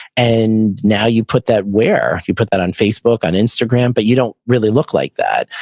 and now you put that where? you put that on facebook, on instagram, but you don't really look like that.